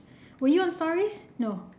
were you on stories no